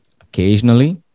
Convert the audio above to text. Occasionally